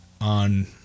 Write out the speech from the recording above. on